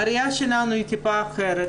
הראיה שלנו היא טיפה אחרת,